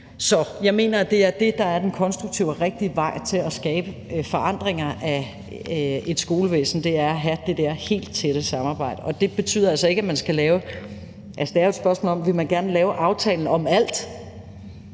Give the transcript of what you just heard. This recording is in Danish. Så jeg mener, det er det, der er den konstruktive og rigtige vej til at skabe forandringer i et skolevæsen, altså at have det der helt tætte samarbejde. Det er jo et spørgsmål, om man gerne vil lave aftalen om alt